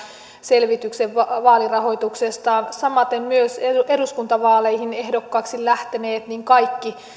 selvityksen vaalirahoituksestaan samaten myös eduskuntavaaleihin ehdokkaaksi lähteneet kaikki